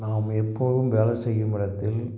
நாம் எப்போதும் வேலை செய்யும் இடத்தில்